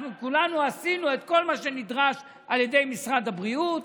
אנחנו כולנו עשינו את כל מה שנדרש על ידי משרד הבריאות,